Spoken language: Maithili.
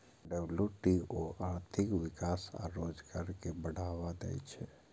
डब्ल्यू.टी.ओ आर्थिक विकास आ रोजगार कें बढ़ावा दै छै